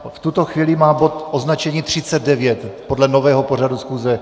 V tuto chvíli má bod označení 39 podle nového pořadu schůze.